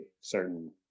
certain